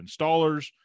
Installers